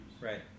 Right